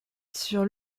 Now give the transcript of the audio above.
sur